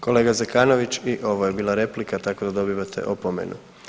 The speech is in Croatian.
Kolega Zekanović i ovo je bila replika, tako da dobivate opomenu.